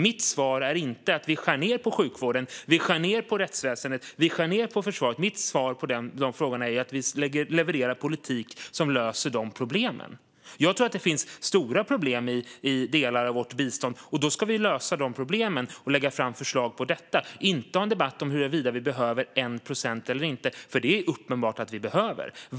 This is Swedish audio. Mitt svar är inte att vi därför ska skära ned på sjukvården, rättsväsendet och försvaret. Mitt svar är att vi ska leverera politik som löser problemen. Jag tror att det finns stora problem i delar av vårt bistånd. Då ska vi lägga fram förslag som kan lösa de problemen, inte ha en debatt om huruvida vi behöver 1 procent eller inte, för det är uppenbart att vi behöver det.